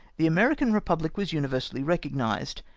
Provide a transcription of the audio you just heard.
the american repubhc was universally recognised,